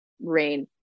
rain